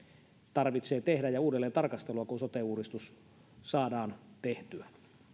tarvitsee tehdä kun sote uudistus saadaan tehtyä